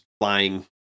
flying